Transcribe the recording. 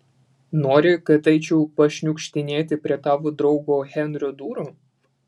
nori kad eičiau pašniukštinėti prie tavo draugo henrio durų